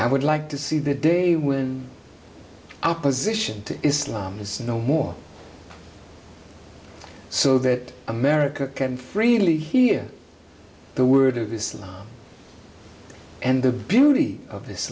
i would like to see the day when opposition to islam is no more so that america can freely hear the word of islam and the beauty of this